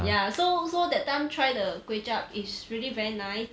yeah so so that time try the kway chap it's really very nice